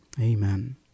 Amen